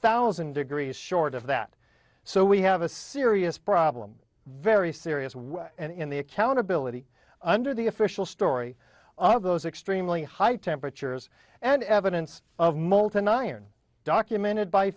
thousand degrees short of that so we have a serious problem very serious and in the accountability under the official story of those extremely high temperatures and evidence of molten iron documented by